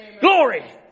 Glory